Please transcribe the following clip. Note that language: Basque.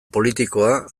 politikoa